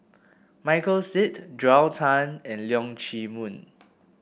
Michael Seet Joel Tan and Leong Chee Mun